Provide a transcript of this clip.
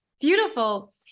beautiful